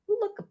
Look